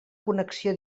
connexió